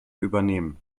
übernehmen